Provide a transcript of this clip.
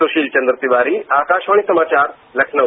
सुशील चंद्र तिवारी आकाशवाणी समाचार लखनऊ